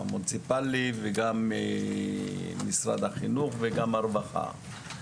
מהמצב המוניציפלי, וגם ממשרד החינוך וגם מהרווחה.